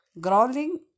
growling